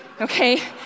Okay